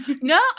No